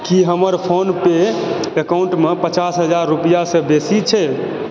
की हमर PhonePe account मे पचास हजार रुपयासँ बेसी छै